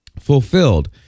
fulfilled